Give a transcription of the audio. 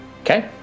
Okay